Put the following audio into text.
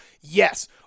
Yes